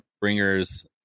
bringers